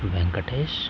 Venkatesh